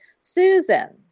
Susan